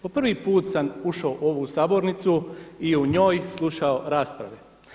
Po prvi put sam ušao u ovu sabornicu i u njoj slušao rasprave.